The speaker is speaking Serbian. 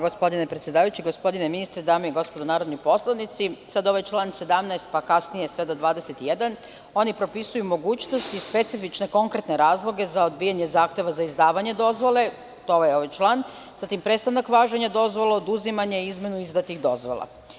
Gospodine ministre, dame i gospodo narodni poslanici, sada ovaj član 17, pa kasnije do 21. oni propisuju mogućnosti i specifične konkretne razloge za odbijanje zahteva za izdavanje dozvole, to je ovaj član, zatim, prestanak važenja dozvole, oduzimanje i izmenu izdatih dozvola.